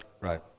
Right